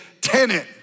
tenant